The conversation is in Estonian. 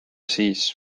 siis